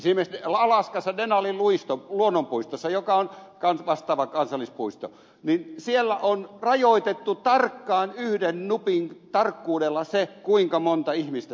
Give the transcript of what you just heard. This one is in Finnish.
esimerkiksi alaskassa denalin luonnonpuistossa joka on vastaava kansallispuisto on rajoitettu tarkkaan yhden nupin tarkkuudella se kuinka monta ihmistä siellä voi olla